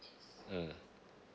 mmhmm